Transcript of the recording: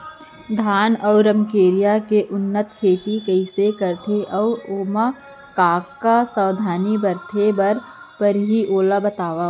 धान अऊ रमकेरिया के उन्नत खेती कइसे करथे अऊ ओमा का का सावधानी बरते बर परहि ओला बतावव?